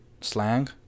Slang